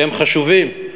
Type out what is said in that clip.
שהם חשובים,